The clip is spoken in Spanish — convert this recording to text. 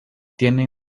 tiene